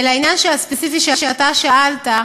לעניין הספציפי ששאלת,